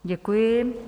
Děkuji.